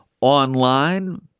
online